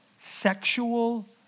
sexual